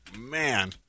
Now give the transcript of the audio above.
man